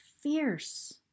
fierce